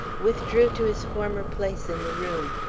withdrew to his former place in the room,